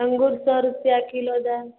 अङ्गूर सए रुपआ किलो दाम